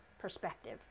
perspective